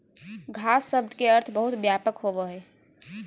घास शब्द के अर्थ बहुत व्यापक होबो हइ